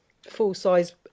full-size